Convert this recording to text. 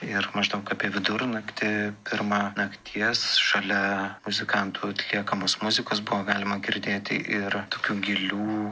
ir maždaug apie vidurnaktį pirmą nakties šalia muzikantų atliekamos muzikos buvo galima girdėti ir tokių gilių